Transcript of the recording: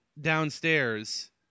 downstairs